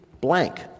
blank